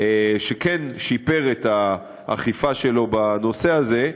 שכן שיפר את האכיפה שלו בנושא הזה,